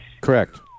Correct